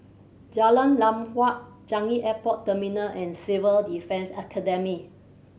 Jalan Lam Huat Changi Airport Terminal and Civil Defence Academy